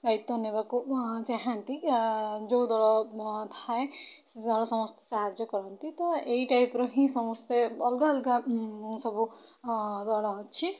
ଦାୟିତ୍ୱ ନେବାକୁ ଚାହାନ୍ତି ଯେଉଁ ଦଳ ଥାଏ ସମସ୍ତେ ସାହାଯ୍ୟ କରନ୍ତି ତ ଏହି ଟାଇପ୍ର ହିଁ ସମସ୍ତେ ଅଲଗା ଅଲଗା ସବୁ ଦଳ ଅଛି